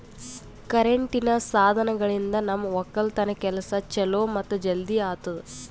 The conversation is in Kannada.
ಕರೆಂಟಿನ್ ಸಾಧನಗಳಿಂದ್ ನಮ್ ಒಕ್ಕಲತನ್ ಕೆಲಸಾ ಛಲೋ ಮತ್ತ ಜಲ್ದಿ ಆತುದಾ